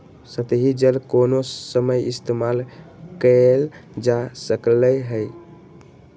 सतही जल कोनो समय इस्तेमाल कएल जा सकलई हई